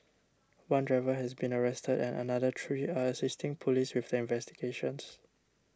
one driver has been arrested and another three are assisting police with their investigations